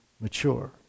mature